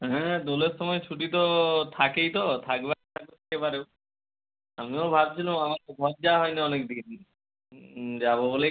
হ্যাঁ দোলের সময় ছুটি তো থাকেই তো থাকবে এবারেও আমিও ভাবছিলাম আমার তো ঘর যাওয়া হয়নি অনেক দিন যাব বলেই